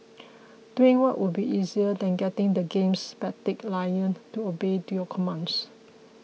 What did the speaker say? doing what would be easier than getting the game's spastic lion to obey to your commands